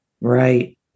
Right